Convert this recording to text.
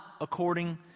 according